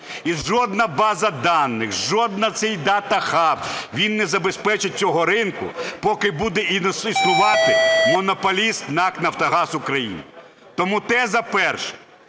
І жодна база даних, жодний цей Data Hub, він не забезпечить цього ринку, поки буде існувати монополіст НАК "Нафтогаз України". Тому теза перша: